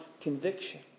conviction